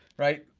right?